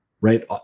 right